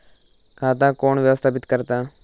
खाता कोण व्यवस्थापित करता?